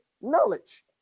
knowledge